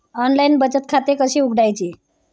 Online बचत खाते कसे उघडायचे?